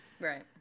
Right